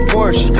Porsche